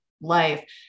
life